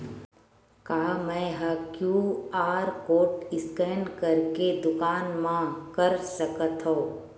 का मैं ह क्यू.आर कोड स्कैन करके दुकान मा कर सकथव?